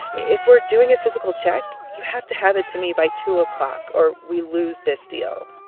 if we're doing a physical check, you have to have it to me by two o'clock or we lose this deal.